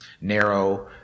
narrow